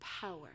Power